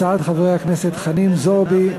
הצעות חברי הכנסת חנין זועבי,